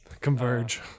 Converge